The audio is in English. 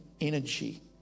energy